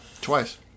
twice